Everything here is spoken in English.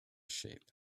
shape